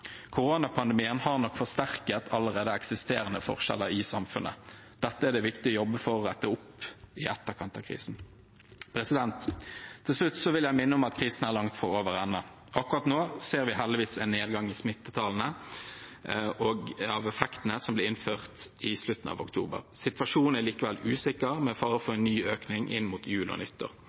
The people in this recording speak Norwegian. Koronapandemien har nok forsterket allerede eksisterende forskjeller i samfunnet. Dette er det viktig å jobbe for å rette opp i etterkant av krisen. Til slutt vil jeg minne om at krisen langt fra er over ennå. Akkurat nå ser vi heldigvis en nedgang i smittetallene og en effekt av tiltakene som ble innført i slutten av oktober. Situasjonen er likevel usikker, med fare for en ny økning inn mot jul og